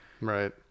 Right